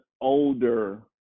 older